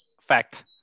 Fact